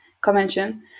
convention